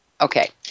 Okay